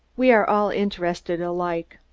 we are all interested alike.